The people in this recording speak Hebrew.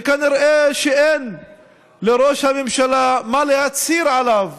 וכנראה שאין לראש הממשלה מה להצהיר עליו